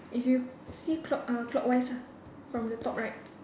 if you see clock uh clockwise ah from the top right